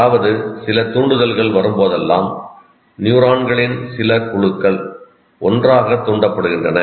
அதாவது சில தூண்டுதல்கள் வரும்போதெல்லாம் நியூரான்களின் சில குழுக்கள் ஒன்றாக தூண்டப்படுகின்றன